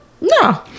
no